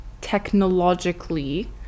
technologically